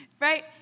right